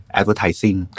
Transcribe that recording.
advertising